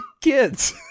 kids